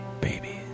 baby